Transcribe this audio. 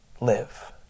live